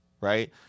right